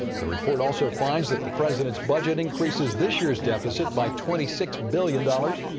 the report also finds that the president's budget increases this year's deficit by twenty six billion dollars.